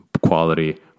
quality